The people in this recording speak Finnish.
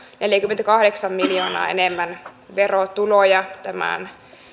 neljäkymmentäkahdeksan miljoonaa enemmän verotuloja tämän